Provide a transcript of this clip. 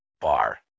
bar